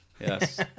Yes